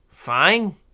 fine